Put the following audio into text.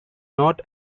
not